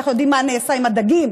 אנחנו יודעים מה נעשה עם הדגים.